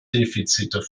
defizite